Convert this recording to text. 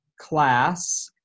class